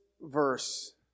verse